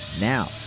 now